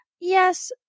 Yes